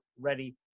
ready